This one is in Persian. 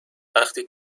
وقتی